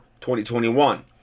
2021